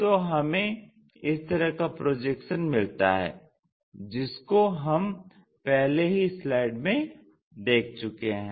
तो हमें इस तरह का प्रोजेक्शन मिलता हैं जिसको हम पहले ही स्लाइड में देख चुके हैं